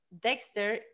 Dexter